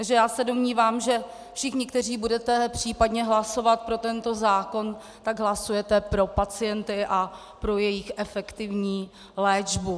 Takže já se domnívám, že všichni, kteří budete případně hlasovat pro tento zákon, tak hlasujete pro pacienty a pro jejich efektivní léčbu.